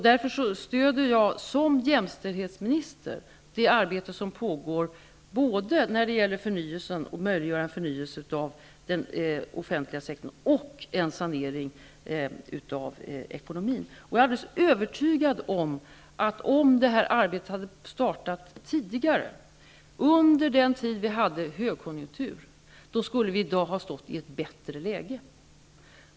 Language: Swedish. Därför stöder jag som jämställdhetsminister det arbete som pågår för att möjliggöra både förnyelse av den offentliga sektorn och sanering av ekonomin. Jag är alldeles övertygad om att om det arbetet hade startat tidigare, under den tid vi hade högkonjunktur, skulle vi i dag ha stått i ett bättre läge.